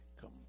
come